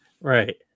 Right